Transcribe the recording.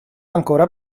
ancora